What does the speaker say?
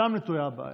שם נטועה הבעיה.